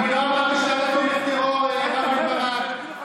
אני לא אמרתי שאתה תומך טרור, רם בן ברק.